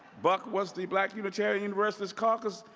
buck was the black unitarian universalist caucus,